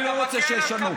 אני לא רוצה שישנו.